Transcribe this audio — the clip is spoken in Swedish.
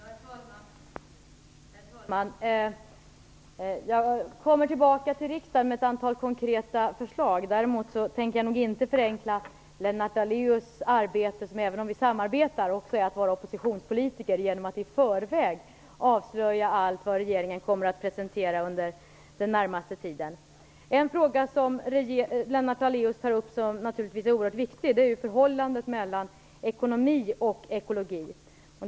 Herr talman! Jag kommer tillbaka till riksdagen med ett antal konkreta förslag. Däremot tänker jag inte förenkla Lennart Daléus arbete, som även om vi samarbetar också är att vara oppositionspolitiker, genom att i förväg avslöja allt som regeringen kommer att presentera under den närmaste tiden. En fråga Lennart Daléus tar upp som naturligtvis är oerhört viktig är förhållandet mellan ekonomi och ekologi.